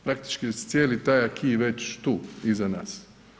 Praktički uz cijeli taj aki već tu iza nas.